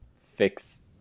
fix